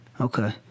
Okay